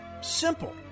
Simple